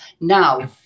Now